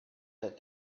that